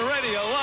Radio